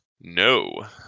No